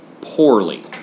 poorly